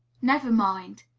never mind.